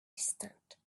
distant